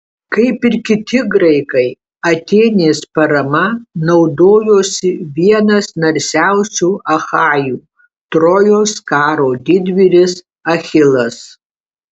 kaip ir kiti graikai atėnės parama naudojosi vienas narsiausių achajų trojos karo didvyris achilas